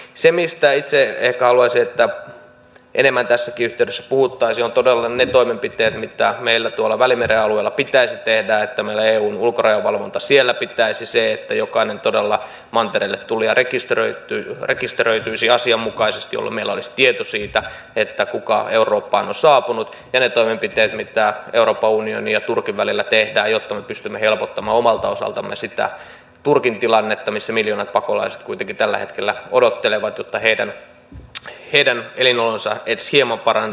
se mistä itse ehkä haluaisin enemmän tässäkin yhteydessä puhuttavan on todella ne toimenpiteet mitä meillä tuolla välimeren alueella pitäisi tehdä että meillä eun ulkorajavalvonta siellä pitäisi että todella jokainen mantereelle tulija rekisteröityisi asianmukaisesti jolloin meillä olisi tieto siitä kuka eurooppaan on saapunut ja ne toimenpiteet mitä euroopan unionin ja turkin välillä tehdään jotta me pystymme helpottamaan omalta osaltamme sitä turkin tilannetta missä miljoonat pakolaiset kuitenkin tällä hetkellä odottelevat jotta heidän elinolonsa edes hieman parantuisivat